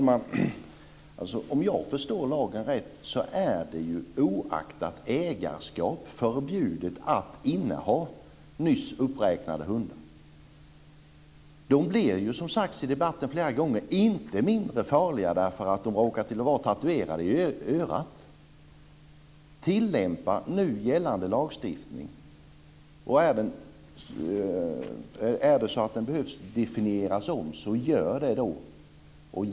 Fru talman! Om jag förstår lagen rätt är det oaktat ägarskap förbjudet att inneha nyss uppräknade hundar. De blir ju inte - som det flera gånger har sagts i debatten - mindre farliga därför att de råkar att vara tatuerade i örat. Tillämpa nu gällande lagstiftning! Är det så att den behöver ändras, så gör det!